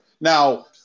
Now